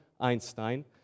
Einstein